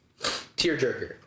tearjerker